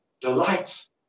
delights